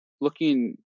looking